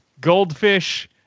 goldfish